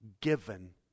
Given